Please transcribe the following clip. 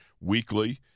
weekly